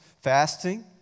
Fasting